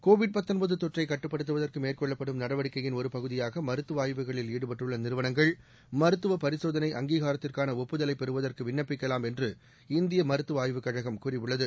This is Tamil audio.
கோவிட் தொற்றைக் கட்டுப்படுத்துவதற்கு மேற்கொள்ளப்படும் நடவடிக்கையின் ஒரு பகுதியாக மருத்துவ ஆய்வுகளில் ஈடுபட்டுள்ள நிறுவனங்கள் மருத்துவ பரிசோதனை அங்கீகாரத்துக்கான அட்டுதலைப் பெறுவதற்கு விண்ணப்பிக்கலாம் என்று இந்திய மருத்துவ ஆய்வுக் கழகம் கூறியுள்ளது